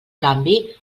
canvi